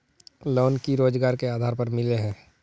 Loan की रोजगार के आधार पर मिले है?